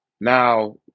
Now –